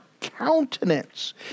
countenance